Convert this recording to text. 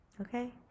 Okay